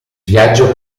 viaggio